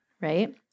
Right